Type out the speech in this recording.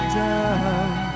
down